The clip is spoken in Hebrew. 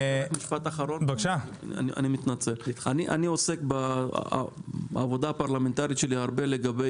אני עוסק בעבודה הפרלמנטרית שלי הרבה לגבי